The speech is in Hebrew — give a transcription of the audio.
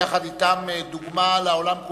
יחד אתם דוגמה לעולם כולו.